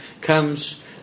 comes